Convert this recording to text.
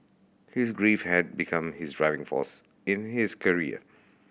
his grief had become his driving force in his career